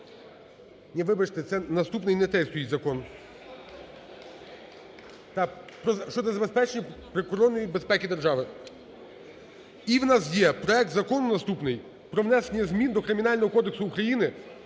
наступний, не той стоїть закон… та щодо забезпечення прикордонної безпеки держави. І в нас є проект Закону наступний: про внесення змін до Кримінального кодексу України